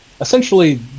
essentially